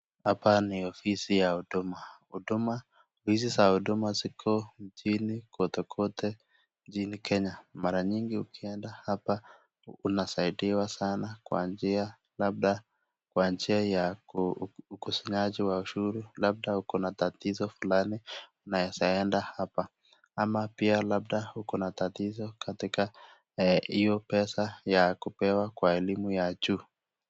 Hapa ni ofisi za huduma, ofisi za huduma ziko nchini kotekote, nchini Kenya, mara nyingi ukienda hapa unasaidiwa sana kwa njia, labda kwa njia ya ukusanyaji wa ushuru, labda uko na tatizo fulani, unaeza enda hapa ama pia labda uko na tatizo katika hio pesa ya kupewa kwa elimu ya juu.